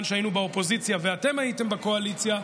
שהיינו באופוזיציה ואתם הייתם בקואליציה,